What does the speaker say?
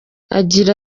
agira